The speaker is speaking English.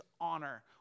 honor